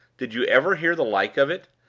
did you ever hear the like of it?